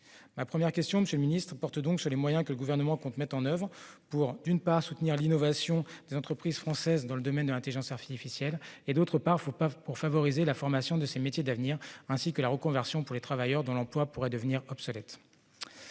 Ma première question, monsieur le ministre, porte donc sur les moyens que le Gouvernement compte mettre en oeuvre, pour, d'une part, soutenir l'innovation des entreprises françaises dans le domaine de l'intelligence artificielle, et, d'autre part, favoriser la formation à ces métiers d'avenir, ainsi que la reconversion pour les travailleurs dont l'emploi deviendrait obsolète.